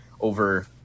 over